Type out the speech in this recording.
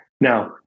Now